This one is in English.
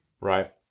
Right